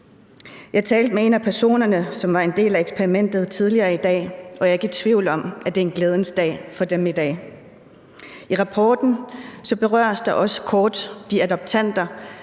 Jeg talte med en af personerne, der var en del af eksperimentet, tidligere i dag, og jeg er ikke i tvivl om, at det er en glædens dag for dem i dag. I rapporten berøres også kort de adoptanter